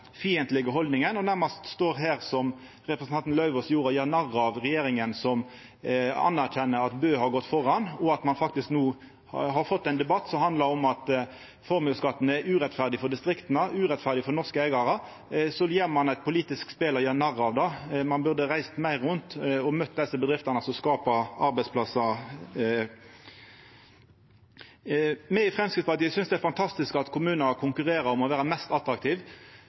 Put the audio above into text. og står her, som representanten Lauvås gjorde, og nærmast gjer narr av regjeringa som anerkjenner at Bø har gått føre, og at ein faktisk har fått ein debatt som handlar om at formuesskatten er urettferdig for distrikta, urettferdig for norske eigarar. Og så gjer ein i eit politisk spel narr av det. Ein burde ha reist meir rundt og møtt dei bedriftene som skapar arbeidsplassar. Me i Framstegspartiet synest det er fantastisk at kommunar konkurrerer om å vera mest